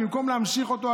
במקום להמשיך אותו,